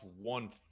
one